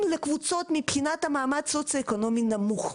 לקבוצות מבחינת מעמד סוציו-אקונומי נמוך.